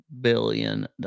billion